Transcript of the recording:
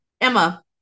Emma